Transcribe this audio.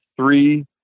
three